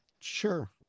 sure